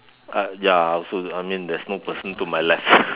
I ya also I mean there's no person to my left